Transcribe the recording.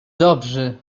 dobrzy